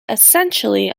essentially